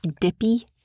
dippy